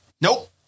Nope